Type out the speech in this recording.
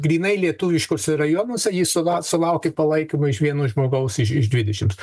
grynai lietuviškuose rajonuose jis sula sulaukė palaikymo iš vieno žmogaus iš iš dvidešims